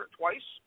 twice